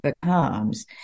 becomes